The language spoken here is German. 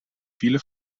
viele